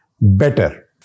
better